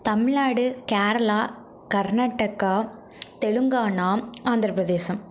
Tamil Nadu Kerala Karnataka Telangana Andhra Pradesh